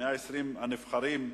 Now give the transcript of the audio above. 120 האנשים הנבחרים,